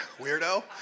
weirdo